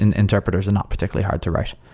and interpreters are not particularly hard to write.